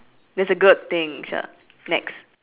that's a good thing shir next